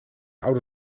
oude